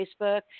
Facebook